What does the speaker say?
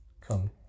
come